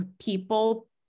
people